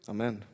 Amen